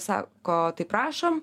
sako tai prašom